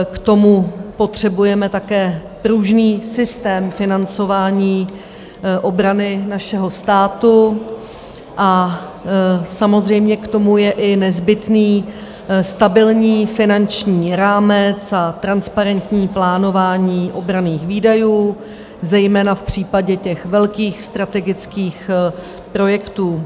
K tomu potřebujeme také pružný systém financování obrany našeho státu a samozřejmě k tomu je i nezbytný stabilní finanční rámec a transparentní plánování obranných výdajů, zejména v případě velkých strategických projektů.